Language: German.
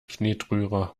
knetrührer